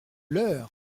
leur